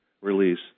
release